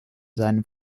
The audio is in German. seinen